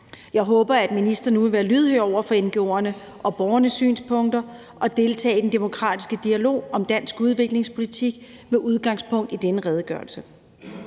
Jeg håber, at ministeren nu vil være lydhør over for ngo'erne og borgernes synspunkter og deltage i den demokratiske dialog om dansk udviklingspolitik med udgangspunkt i denne redegørelse.